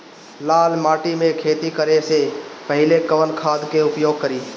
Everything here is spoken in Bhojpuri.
लाल माटी में खेती करे से पहिले कवन खाद के उपयोग करीं?